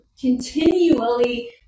continually